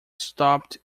stopped